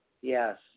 Yes